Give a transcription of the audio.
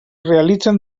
realitzen